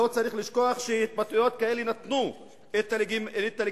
לא צריך לשכוח שהתבטאויות כאלה נתנו את הלגיטימציה